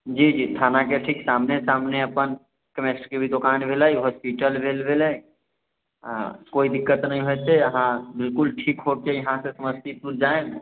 जी जी थाना के सामने सामने अपन